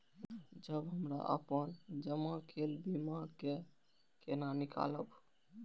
जब हमरा अपन जमा केल बीमा के केना निकालब?